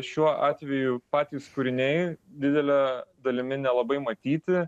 šiuo atveju patys kūriniai didele dalimi nelabai matyti